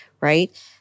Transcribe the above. right